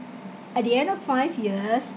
at the end of five years